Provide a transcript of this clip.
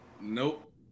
Nope